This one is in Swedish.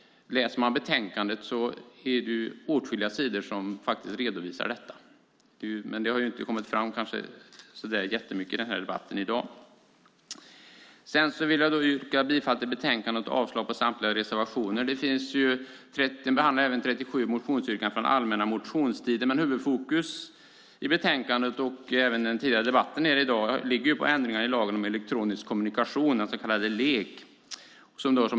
I betänkandet är det åtskilliga sidor som redovisar detta. Men det har inte kommit fram så mycket i dagens debatt. Jag yrkar bifall till förslaget i utskottets betänkande och avslag på samtliga reservationer. I betänkandet behandlas 37 motionsyrkanden från den allmänna motionstiden, men huvudfokus i betänkandet och även i dagens debatt ligger på ändringar i lagen om elektronisk kommunikation, den så kallade LEK.